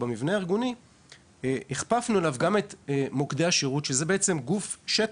במבנה הארגוני הכפפנו אליו גם את מוקדי השירות - שזה בעצם גוף שטח,